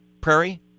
Prairie